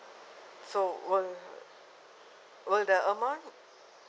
so will will the amount